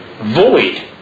void